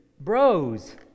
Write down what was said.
bros